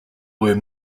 were